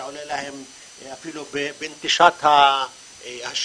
זה עולה להם אפילו בנטישת השירות,